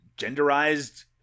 genderized